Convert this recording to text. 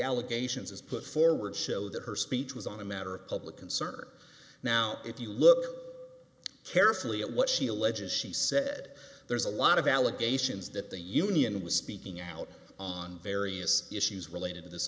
allegations as put forward show that her speech was on a matter of public concern now if you look carefully at what she alleges she said there's a lot of allegations that the union was speaking out on various issues related to this